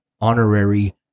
honorary